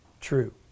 true